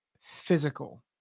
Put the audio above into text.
physical